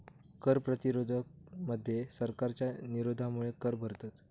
कर प्रतिरोध मध्ये सरकारच्या विरोधामुळे कर भरतत